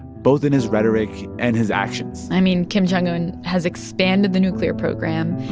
both in his rhetoric and his actions i mean, kim jong un has expanded the nuclear program.